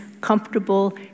comfortable